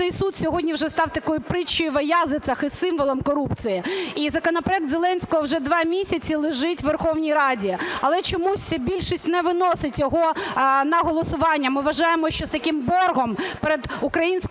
суд сьогодні вже став такою притчею во язицех і символом корупції. І законопроект Зеленського вже два місяці лежить у Верховній Раді. Але чомусь більшість не виносить його на голосування. Ми вважаємо, що з таким боргом перед українською